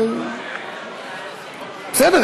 בסדר,